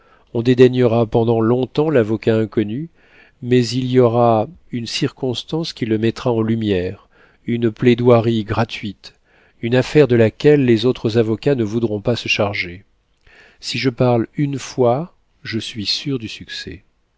on dédaignera pendant longtemps l'avocat inconnu mais il y aura une circonstance qui le mettra en lumière une plaidoirie gratuite une affaire de laquelle les autres avocats ne voudront pas se charger si je parle une fois je suis sûr du succès